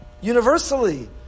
universally